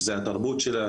שזו התרבות שלה,